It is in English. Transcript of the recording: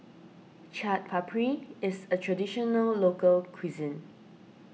Chaat Papri is a Traditional Local Cuisine